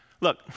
Look